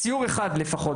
סיור אחד לפחות,